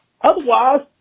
Otherwise